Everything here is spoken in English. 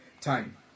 time